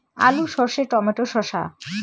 আলু সর্ষে টমেটো শসা